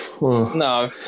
No